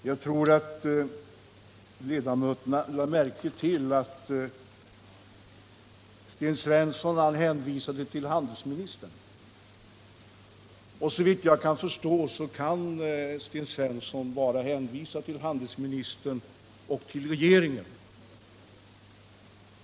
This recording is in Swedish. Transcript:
Herr talman! Ledamöterna lade säkert märke till att Sten Svensson hänvisade till handelsministern. Såvitt jag kan förstå kan Sten Svensson bara hänvisa till handelsministern och regeringen.